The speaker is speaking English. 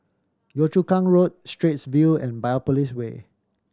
Yio Chu Kang Road Straits View and Biopolis Way